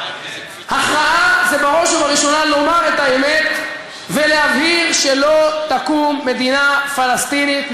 הכרעה זה בראש ובראשונה לומר את האמת ולהבהיר שלא תקום מדינה פלסטינית,